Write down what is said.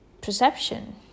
perception